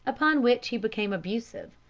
upon which he became abusive,